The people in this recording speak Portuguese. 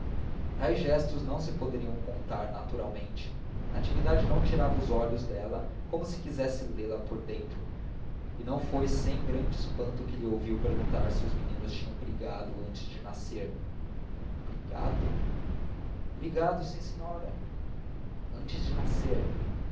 tais gestos não se poderiam contar naturalmente natividade não tirava os olhos dela como se quisesse lê-la por dentro e não foi sem grande espanto que lhe ouviu perguntar se os meninos tinham brigado antes de nascer brigado brigado sim senhora antes de nascer